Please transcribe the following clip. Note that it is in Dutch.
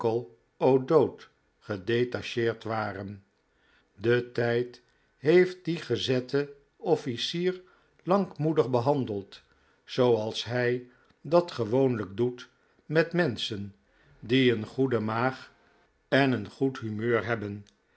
o'dowd gedetacheerd waren de tijd heeft dien gezetten officier lankmoedig behandeld zooals hij dat gewoonlijk doet met menschen die een goede maag en een goed humeur hebben